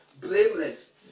blameless